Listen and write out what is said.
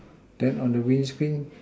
then on the wind screen